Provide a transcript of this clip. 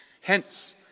Hence